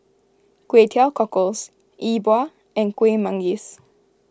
Kway Teow Cockles E Bua and Kueh Manggis